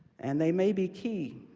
and they may be key,